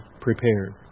prepared